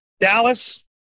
Dallas